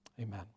amen